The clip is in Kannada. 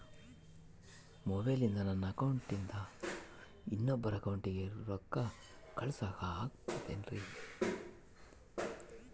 ಮೊಬೈಲಿಂದ ನನ್ನ ಅಕೌಂಟಿಂದ ಇನ್ನೊಬ್ಬರ ಅಕೌಂಟಿಗೆ ರೊಕ್ಕ ಕಳಸಾಕ ಆಗ್ತೈತ್ರಿ?